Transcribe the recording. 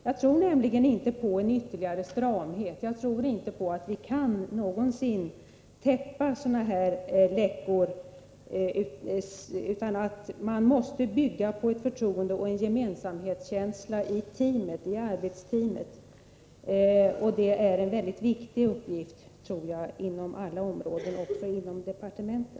Jag tror inte på en ytterligare stramhet eller på att vi den vägen någonsin kan täppa till sådana här läckor, utan man måste bygga på ett förtroende och en gemensamhetskänsla i arbetsteamet. Det är en mycket viktig uppgift inom alla områden, också inom departementen.